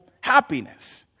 happiness